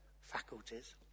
faculties